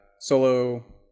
solo